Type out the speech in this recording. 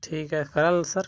ठीक आहे कराल सर